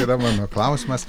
yra mano klausimas